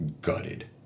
gutted